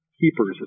keepers